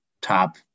top